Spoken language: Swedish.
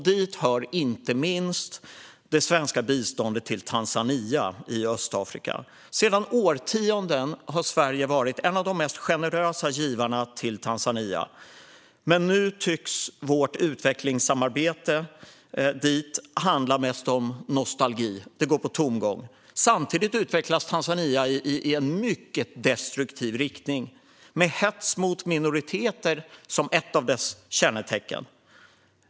Dit hör inte minst det svenska biståndet till Tanzania i Östafrika. I årtionden har Sverige varit en av de mest generösa givarna till Tanzania, men nu tycks vårt utvecklingssamarbete mest handla om nostalgi. Det går på tomgång. Samtidigt utvecklas Tanzania i en mycket destruktiv riktning med hets mot minoriteter som ett av dess kännetecken.